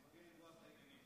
כן, רבותיי